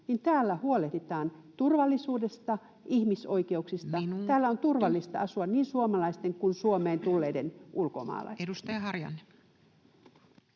täällä huolehditaan turvallisuudesta ja ihmisoikeuksista, [Puhemies: Minuutti!] täällä on turvallista asua niin suomalaisten kuin Suomeen tulleiden ulkomaalaisten. Edustaja Harjanne.